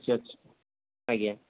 ଆଜ୍ଞା